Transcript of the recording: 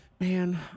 Man